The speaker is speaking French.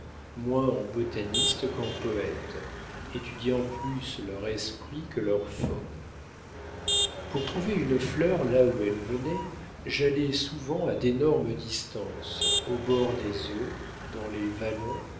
moins en botaniste qu'en poète étudiant plus leur esprit que leur forme pour trouver une fleur là où elle venait j'allais souvent à d'énormes distances au bord des eaux dans les vallons